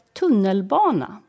tunnelbana